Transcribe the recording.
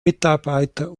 mitarbeiter